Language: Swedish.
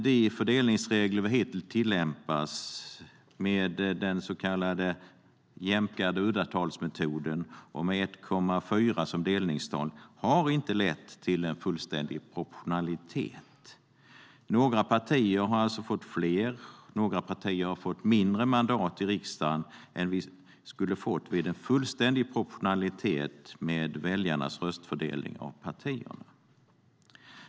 De fördelningsregler som har tillämpats i valen hittills med den så kallade jämkade uddatalsmetoden och 1,4 som delningstal har inte lett till fullständig proportionalitet. Några partier har fått fler och några partier har fått färre mandat i riksdagen än de skulle ha fått vid fullständig proportionalitet med väljarnas röstfördelning.